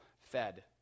fed